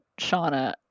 Shauna